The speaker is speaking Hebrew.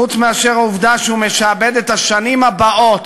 חוץ מאשר העובדה שהוא משעבד את השנים הבאות